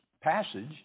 passage